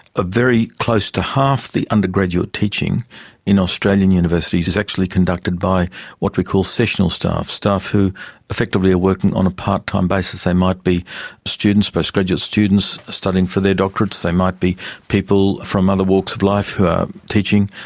ah very close to half the undergraduate teaching in australian universities is actually conducted by what we call sessional staff, staff who effectively are working on a part-time basis. they might be postgraduate students studying for their doctorates, they might be people from other walks of life who are teaching,